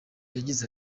yagize